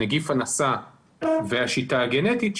הנגיף הנשא והשיטה הגנטית,